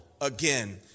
again